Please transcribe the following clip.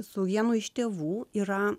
su vienu iš tėvų yra